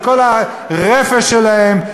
את כל הרפש שלהם,